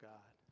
God